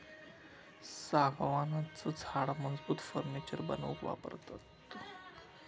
सागवानाचा झाड मजबूत फर्नीचर बनवूक वापरतत